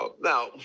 Now